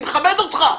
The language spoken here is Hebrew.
אני מכבד אותך.